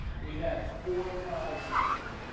we had four ties this year,